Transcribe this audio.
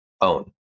own